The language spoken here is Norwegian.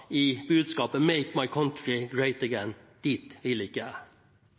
i budskapet: «Make my country great again.» Dit vil ikke jeg.